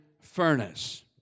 furnace